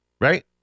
right